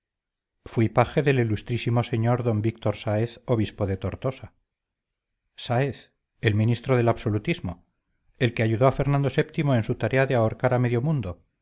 fuí paje del ilustrísimo señor d víctor sáez obispo de tortosa sáez el ministro del absolutismo el que ayudó a fernando vii en su tarea de ahorcar a medio mundo